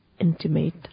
intimate